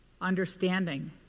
understanding